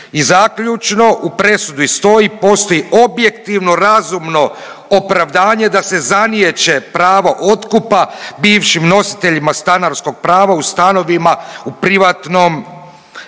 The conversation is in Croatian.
I zaključno u presudi stoji postoji objektivno, razumno opravdanje da se zaniječe pravo otkupa bivšim nositeljima stanarskog prava u stanovima u privatnom